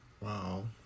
wow